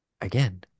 again